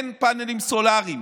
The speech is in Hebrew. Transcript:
ואין פאנלים סולריים.